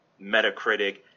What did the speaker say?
Metacritic